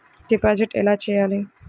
Deposit ఎలా చెయ్యాలి?